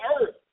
earth